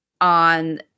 on